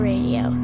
Radio